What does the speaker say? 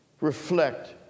reflect